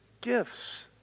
gifts